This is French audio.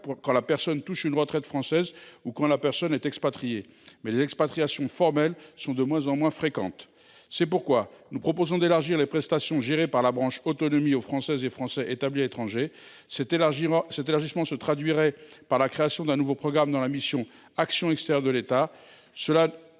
de ceux qui touchent une retraite française ou des expatriés, mais les expatriations formelles sont de moins en moins fréquentes. C’est pourquoi nous proposons d’élargir les prestations gérées par la branche autonomie aux Françaises et aux Français établis à l’étranger. Cet élargissement se traduirait par la création d’un nouveau programme au sein de la mission « Action extérieure de l’État